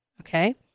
okay